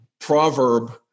proverb